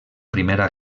primera